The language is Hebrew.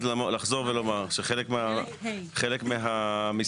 חלק ה' תיקונים עקיפים והוראות שונות.